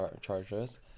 charges